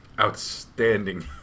Outstanding